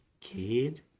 kid